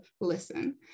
listen